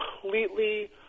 completely